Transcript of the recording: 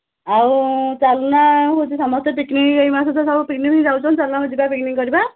ଆଉ ଚାଲୁନ ହେଉଛି ସମସ୍ତେ ପିକ୍ନିକ୍ ଏଇ ମାସରେ ତ ସବୁ ପିକ୍ନିକ୍ ଯାଉଛନ୍ତି ଚାଲୁନ ଆମେ ପିକ୍ନିକ୍ କରିବା